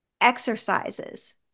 exercises